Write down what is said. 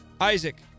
Isaac